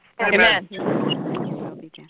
Amen